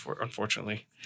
unfortunately